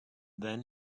then